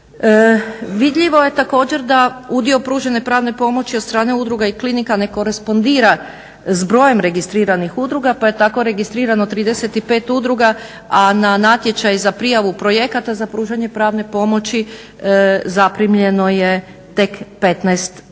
Vidljivo je također da udio pružene pravne pomoći od strane udruga i klinika ne korespondira s brojem registriranih udruga pa je tako registrirano 35 udruga a na natječaj na prijavu projekata za pružanje pravne pomoći zaprimljeno je tek 15